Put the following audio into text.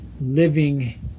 living